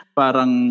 parang